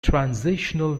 transitional